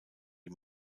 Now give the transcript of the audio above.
die